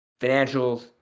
financials